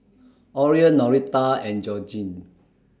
Orion Norita and Georgine